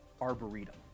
arboretum